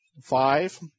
five